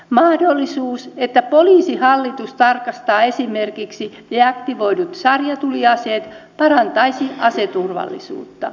mahdollisuus että poliisihallitus tarkastaa esimerkiksi deaktivoidut sarjatuliaseet parantaisi aseturvallisuutta